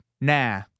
Nah